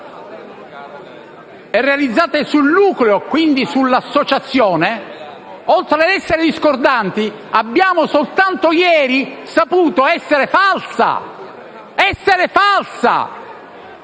e realizzate sul nucleo, quindi sull'associazione. Invece, oltre ad essere discordanti, abbiamo soltanto ieri saputo essere false. Ripeto: essere false.